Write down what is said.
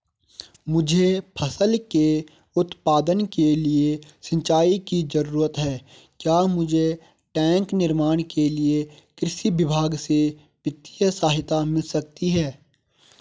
मुझे फसल के उत्पादन के लिए सिंचाई की जरूरत है क्या मुझे टैंक निर्माण के लिए कृषि विभाग से वित्तीय सहायता मिल सकती है?